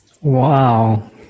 Wow